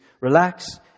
Relax